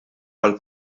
għal